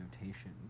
notation